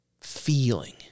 feeling